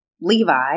Levi